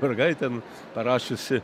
mergaitėm parašiusi